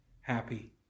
happy